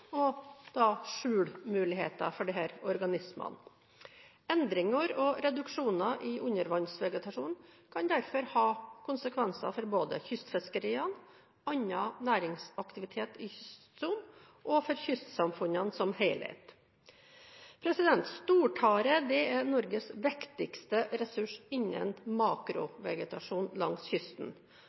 og skjulmuligheter for disse organismene. Endringer og reduksjoner i undervannsvegetasjonen kan derfor ha konsekvenser både for kystfiskeriene, annen næringsaktivitet i kystsonen og for kystsamfunnene som helhet. Stortare er Norges viktigste ressurs innen makrovegetasjonen langs kysten.